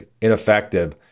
ineffective